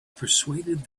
persuaded